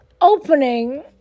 opening